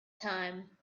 time